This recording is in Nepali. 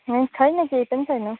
छैन केही पनि छैन